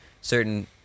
certain